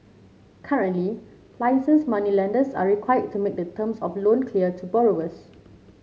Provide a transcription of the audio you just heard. currently licensed moneylenders are required to make the terms of loan clear to borrowers